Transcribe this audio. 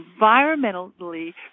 environmentally